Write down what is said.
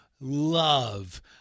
love